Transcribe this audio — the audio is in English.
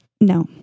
no